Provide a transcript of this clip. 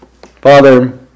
Father